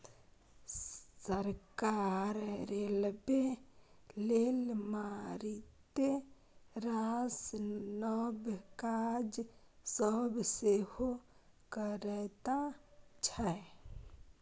सरकार रेलबे लेल मारिते रास नब काज सब सेहो करैत छै